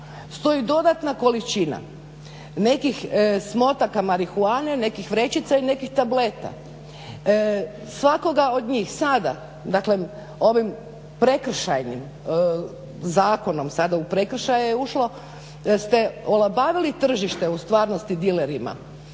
stoji dodatna količina nekih smotaka marihuane, nekih vrećica i nekih tableta. Svakoga od njih sada, dakle ovim prekršajnim zakonom sada u prekršaj je ušlo ste olabavili tržište u stvarnosti dilerima.